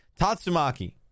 Tatsumaki